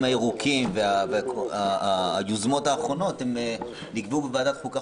הירוקים והיוזמות האחרונות נקבעו בוועדת החוקה,